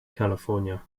california